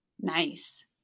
nice